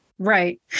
Right